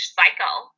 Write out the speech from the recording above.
cycle